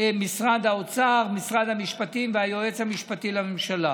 משרד האוצר, משרד המשפטים והיועץ המשפטי לממשלה.